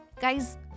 guys